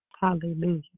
Hallelujah